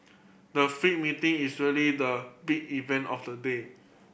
the Feed meeting is really the big event of the day